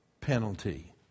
penalty